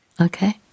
okay